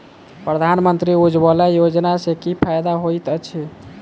प्रधानमंत्री उज्जवला योजना सँ की फायदा होइत अछि?